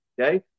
Okay